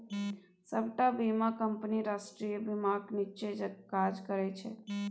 सबटा बीमा कंपनी राष्ट्रीय बीमाक नीच्चेँ काज करय छै